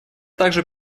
также